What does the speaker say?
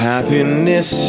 Happiness